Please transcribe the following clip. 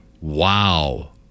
Wow